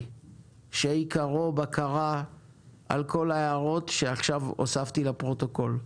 שעיקרו בקרה על כל ההערות שעכשיו הוספתי לפרוטוקול.